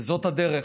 וזאת הדרך.